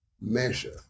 measure